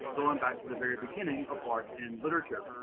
going back to the very beginning of art and literature.